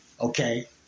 Okay